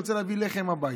רוצה להביא לחם הביתה,